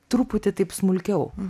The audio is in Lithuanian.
truputį taip smulkiau